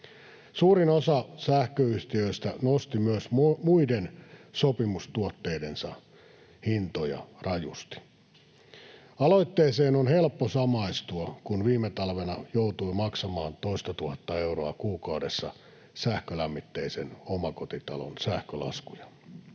Suurin osa sähköyhtiöistä nosti myös muiden sopimustuotteidensa hintoja rajusti. Aloitteeseen on helppo samastua, kun viime talvena joutui maksamaan toista tuhatta euroa kuukaudessa sähkölämmitteisen omakotitalon sähkölaskuja.